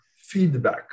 feedback